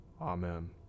Amen